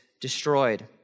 destroyed